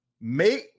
make